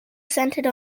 centered